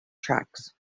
tracks